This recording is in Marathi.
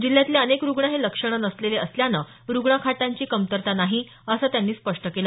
जिल्ह्यातले अनेक रुग्ण हे लक्षणं नसलेले असल्यानं रुग्णखाटांची कमतरता नाही असं त्यांनी स्पष्ट केलं